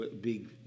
big